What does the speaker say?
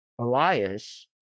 Elias